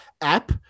app